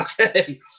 Okay